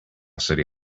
city